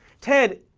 ted.